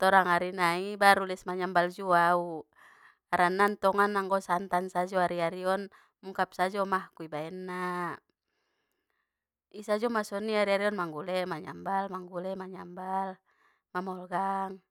torang ari nai baru les manyambal juo au, harana tongan anggo santan sajo ari ari on, mungkap sajo magh ku i baenna, i sajo ma soni ari ari on manggule manyambal manggule manyambal, mamolgang.